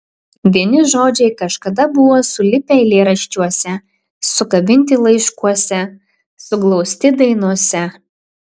vieni žodžiai kažkada buvo sulipę eilėraščiuose sukabinti laiškuose suglausti dainose